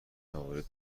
موارد